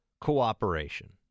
cooperation